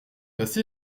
passé